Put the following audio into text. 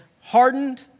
hardened